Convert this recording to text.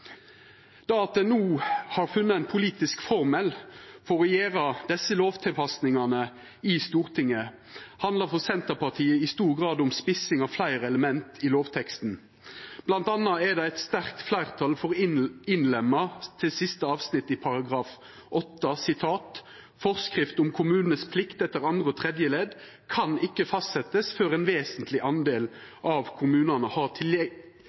Det at det no er funne ein politisk formel for å gjera desse lovtilpassingane i Stortinget, handlar for Senterpartiet i stor grad om spissing av fleire element i lovteksten. Blant anna er det eit sterkt fleirtal for å innlemma til siste avsnittet i § 8: «Forskrift om kommunenes plikt etter andre og tredje ledd kan ikke fastsettes før en vesentlig andel av kommunene har